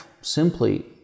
simply